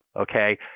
Okay